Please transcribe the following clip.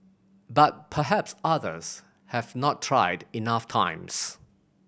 but perhaps others have not tried enough times